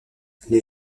les